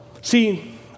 See